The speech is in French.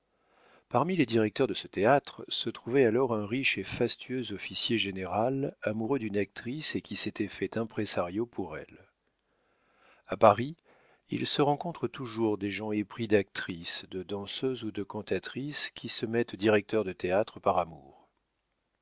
parmi les directeurs de ce théâtre se trouvait alors un riche et fastueux officier général amoureux d'une actrice et qui s'était fait impresario pour elle a paris il se rencontre toujours des gens épris d'actrices de danseuses ou de cantatrices qui se mettent directeurs de théâtre par amour